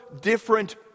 different